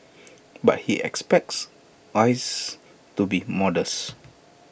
but he expects rises to be modest